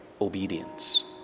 obedience